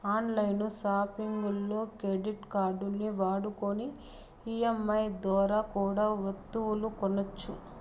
on line సాపింగుల్లో credit కార్డుల్ని వాడుకొని ఈ.ఎం.ఐ దోరా కూడా ఒస్తువులు కొనొచ్చు